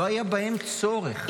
לא היה בהם צורך.